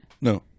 No